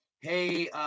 Hey